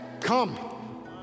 come